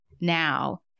now